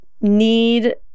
need